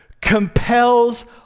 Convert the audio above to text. compels